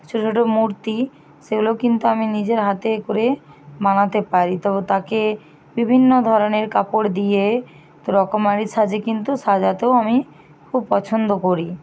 ছোটো ছোটো মূর্তি সেগুলো কিন্তু আমি নিজের হাতে করে বানাতে পারি তবে তাকে বিভিন্ন ধরনের কাপড় দিয়ে রকমারি সাজে কিন্তু সাজাতেও আমি খুব পছন্দ করি